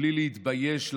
בלי להתבייש,